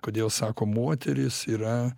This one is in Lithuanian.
kodėl sako moteris yra